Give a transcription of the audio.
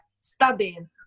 studying